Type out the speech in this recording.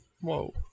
Whoa